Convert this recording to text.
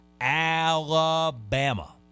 alabama